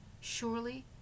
Surely